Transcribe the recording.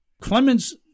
Clemens